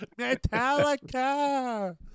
Metallica